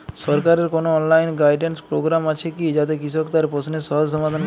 সরকারের কোনো online guidance programme আছে কি যাতে কৃষক তার প্রশ্নের সহজ সমাধান পাবে?